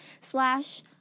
slash